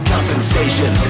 compensation